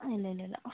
ഇല്ല ഇല്ല ഇല്ല